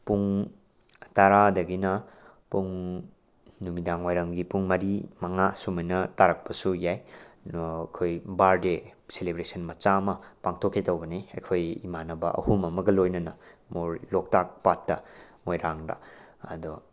ꯄꯨꯡ ꯇꯔꯥꯗꯒꯤꯅ ꯄꯨꯡ ꯅꯨꯃꯤꯗꯥꯡ ꯋꯥꯏꯔꯝꯒꯤ ꯄꯨꯡ ꯃꯔꯤ ꯃꯉꯥ ꯁꯨꯃꯥꯏꯅ ꯇꯥꯔꯛꯄꯁꯨ ꯌꯥꯏ ꯑꯗꯣ ꯑꯩꯈꯣꯏ ꯕꯥꯔꯊꯗꯦ ꯁꯦꯂꯤꯕ꯭ꯔꯦꯁꯟ ꯃꯆꯥ ꯑꯃ ꯄꯥꯡꯊꯣꯛꯀꯦ ꯇꯧꯕꯅꯤ ꯑꯩꯈꯣꯏ ꯏꯃꯥꯟꯅꯕ ꯑꯍꯨꯝ ꯑꯃꯒ ꯂꯣꯏꯅꯅ ꯃꯣꯏ ꯂꯣꯛꯇꯥꯛ ꯄꯥꯠꯇ ꯃꯣꯏꯔꯥꯡꯗ ꯑꯗꯣ